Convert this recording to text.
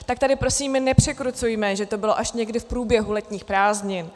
Tak tady prosím nepřekrucujme, že to bylo až někdy v průběhu letních prázdnin.